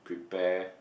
pay